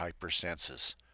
hypersenses